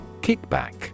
Kickback